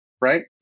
right